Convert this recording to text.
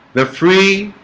the free